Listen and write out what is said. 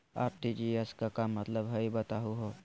RTGS के का मतलब हई, बताहु हो?